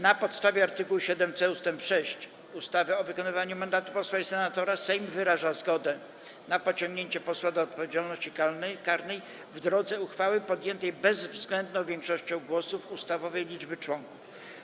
Na podstawie art. 7c ust. 6 ustawy o wykonywaniu mandatu posła i senatora Sejm wyraża zgodę na pociągnięcie posła do odpowiedzialności karnej w drodze uchwały podjętej bezwzględną większością głosów ustawowej liczby posłów.